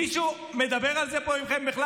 מישהו מכם מדבר על זה פה בכלל?